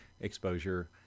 exposure